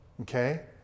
Okay